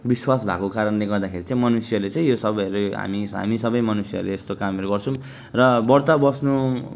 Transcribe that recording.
विश्वास भएको कारणले गर्दाखेरि चाहिँ मनुष्यले चाहिँ यो सबैहरू हामी सबै मनुष्यहरूले यस्तो कामहरू गर्छौँ र व्रत बस्नु